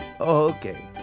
Okay